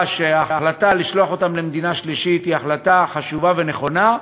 קבע שההחלטה לשלוח אותם למדינה שלישית היא החלטה חשובה ונכונה,